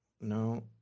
No